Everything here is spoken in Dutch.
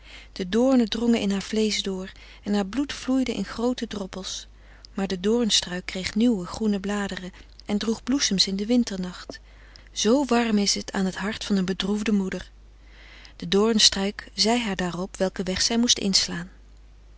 de doornen drongen in haar vleesch door en haar bloed vloeide in groote droppels maar de doornstruik kreeg nieuwe groene bladeren en droeg bloesems in den winternacht zoo warm is het aan het hart van een bedroefde moeder de doornstruik zei haar daarop welken weg zij moest inslaan